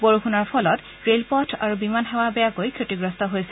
বৰষুণৰ ফলত ৰে'লপথ আৰু বিমানসেৱা বেয়াকৈ ক্ষতিগ্ৰস্ত হৈছে